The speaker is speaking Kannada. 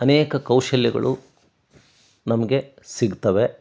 ಅನೇಕ ಕೌಶಲ್ಯಗಳು ನಮಗೆ ಸಿಗ್ತವೆ